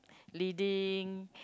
leading